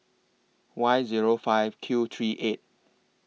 Y Zero five Q three eight